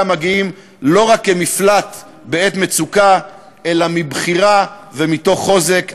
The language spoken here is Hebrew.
מגיעים לא רק כמפלט בעת מצוקה אלא מבחירה ומתוך חוזק.